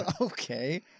Okay